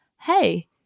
hey